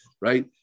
Right